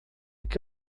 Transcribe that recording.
que